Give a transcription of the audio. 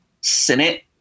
Senate